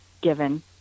given